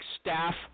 staff